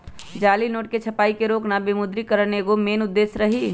जाली नोट के छपाई के रोकना विमुद्रिकरण के एगो मेन उद्देश्य रही